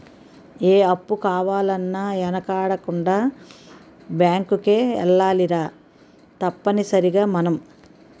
ఏ అప్పు కావాలన్నా యెనకాడకుండా బేంకుకే ఎల్లాలిరా తప్పనిసరిగ మనం